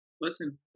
Listen